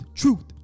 truth